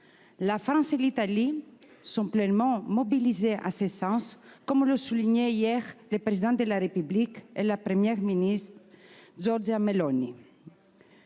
La France et l'Italie sont pleinement mobilisées en ce sens, ... Pas l'Italie !... comme le soulignaient hier le Président de la République et la première ministre Giorgia Meloni.